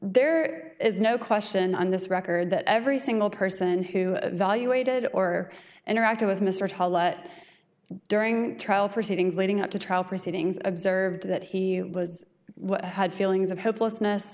there is no question on this record that every single person who evaluated or interacted with mr holland during trial proceedings leading up to trial proceedings observed that he was had feelings of hopelessness